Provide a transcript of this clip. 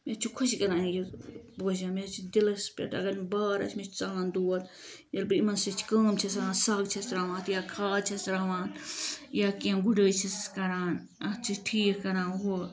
مےٚ چھُ خۄش کَران یہِ پوشَن مےٚ چھِ دِلس پٮ۪ٹھ اگر بار آسہِ مےٚ چھُ ژلان دود ییٚلہِ بہٕ یِمن سۭتۍ کٲم چھس آسان کَران سَگ چھس ترٛاوان یا کھاد چھس ترٛاوان یا کیٚنٛہہ گُڑٲے چھسَس کَران اَتھ چھس ٹھیٖک کَران ہُہ